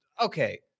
Okay